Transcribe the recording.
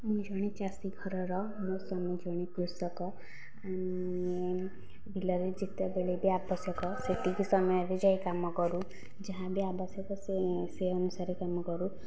ମୁଁ ଜଣେ ଚାଷୀ ଘରର ମୋ ସ୍ୱାମୀ ଜଣେ କୃଷକ ବିଲରେ ଯେତେବେଳେ ବି ଆବଶ୍ୟକ ସେତିକି ସମୟରେ ଯାଇ କାମ କରୁ ଯାହାବି ଆବଶ୍ୟକ ସେହି ସେ ଅନୁସାରେ କାମ କରୁ